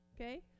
okay